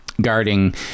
guarding